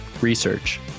research